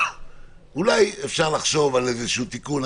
אולי אפשר לחשוב על איזשהו תיקון.